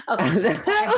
Okay